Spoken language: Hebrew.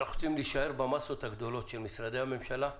אנחנו צריכים להישאר במסות הגדולות של משרדי הממשלה,